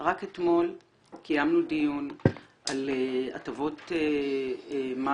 רק אתמול קיימנו דיון על הטבות מס